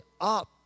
up